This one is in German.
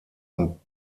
und